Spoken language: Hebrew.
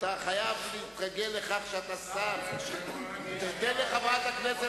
אתה חייב להתרגל לכך שאתה שר, תיתן לחברת הכנסת